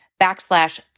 backslash